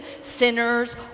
sinners